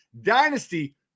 dynasty